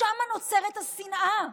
שם נוצרת השנאה.